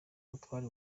butwari